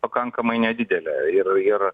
pakankamai nedidelė ir ir